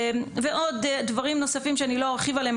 ועוד דברים נוספים שאני לא ארחיב עליהם.